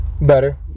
Better